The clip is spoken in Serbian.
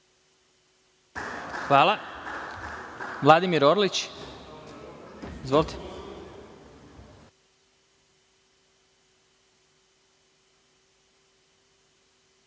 poslanik Vladimir Orlić. Izvolite.